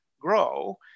grow